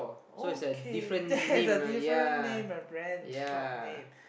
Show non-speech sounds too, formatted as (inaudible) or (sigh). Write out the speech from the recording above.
okay there (laughs) is a different name and brand shop name